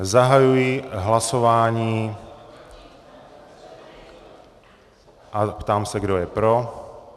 Zahajuji hlasování a ptám se, kdo je pro.